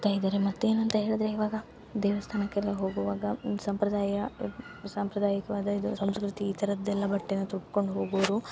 ಹಾಕ್ತಾಯಿದ್ದಾರೆ ಮತ್ತೆ ಏನು ಅಂತ ಹೇಳ್ದ್ರೆ ಇವಾಗ ದೇವಸ್ಥಾನಕ್ಕೆಲ್ಲ ಹೋಗುವಾಗ ಒಂದು ಸಂಪ್ರದಾಯ ಸಾಂಪ್ರದಾಯಿಕವಾದ ಇದು ಸಂಸ್ಕೃತಿ ಈ ಥರದೆಲ್ಲ ಬಟ್ಟೆನ ತೊಟ್ಕೊಂಡು ಹೋಗೊರು